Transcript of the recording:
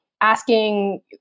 Asking